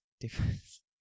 Difference